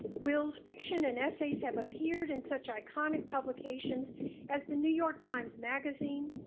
will's fiction and essays have appeared in such iconic publications as the new york times magazine,